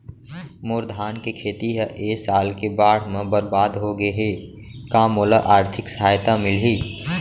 मोर धान के खेती ह ए साल के बाढ़ म बरबाद हो गे हे का मोला आर्थिक सहायता मिलही?